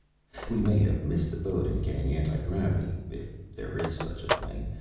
we may have missed the boat in getting anti-gravity, if there is such a thing,